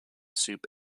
soup